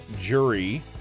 Jury